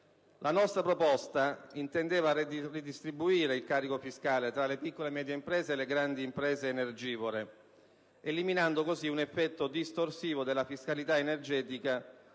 La nostra proposta intendeva redistribuire il carico fiscale tra le piccole e medie imprese e le grandi imprese energivore, eliminando così un effetto distorsivo della fiscalità energetica